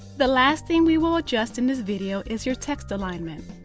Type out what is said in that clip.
the last thing we will adjust in this video is your text alignment.